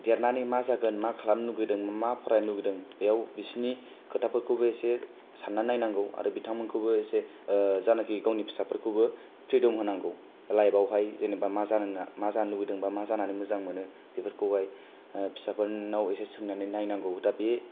देरनानै मा जागोन मा खालामनो लुगैदों मा फरायनो लुगैदों बेव बिसिनि खोथाफोरखौबो एसे साननानै नायनांगौ आरो बिथांमोनखौबो एसे जायनाखि गावनि फिसाफोखौबो फ्रिदम होनांगौ लाइबावहाय जेन'बा मा जानो मा जानो लुगैदों बा मा जानानै मोजां मोनो बेफोरखौहाय फिसाफोरनाव एसे सोंनानै नायनांगौ दा बे